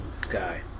guy